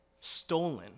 stolen